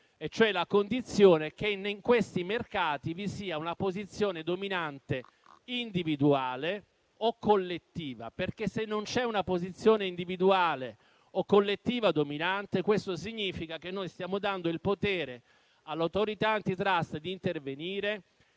e cioè che in questi mercati vi sia una posizione dominante individuale o collettiva, perché, se non c'è una posizione individuale o collettiva dominante, significa che stiamo dando il potere all'Autorità *antitrust* di intervenire